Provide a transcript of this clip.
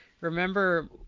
remember